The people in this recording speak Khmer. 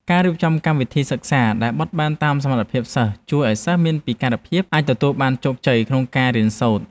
ការរៀបចំកម្មវិធីសិក្សាដែលបត់បែនតាមសមត្ថភាពសិស្សជួយឱ្យសិស្សមានពិការភាពអាចទទួលបានជោគជ័យក្នុងការរៀនសូត្រ។